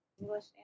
English